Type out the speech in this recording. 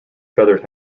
feathered